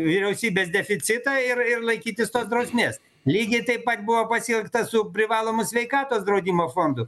vyriausybės deficitą ir ir laikytis tos drausmės lygiai taip pat buvo pasielgta su privalomo sveikatos draudimo fondu